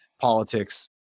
politics